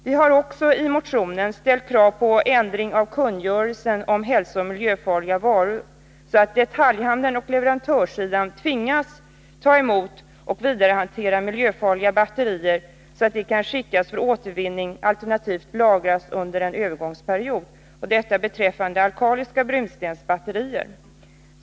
Vi har i motionen också framfört krav på ändring av kungörelsen om hälsooch miljöfarliga varor i syfte att tvinga detaljhandeln och leverantörerna att ta emot och vidarehantera miljöfarliga batterier, så att de kan skickas för återvinning, alternativt lagras, under en övergångsperiod — detta gäller beträffande alkaliska brunstensbatterier.